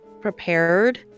prepared